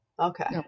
Okay